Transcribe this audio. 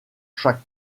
chaque